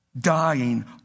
dying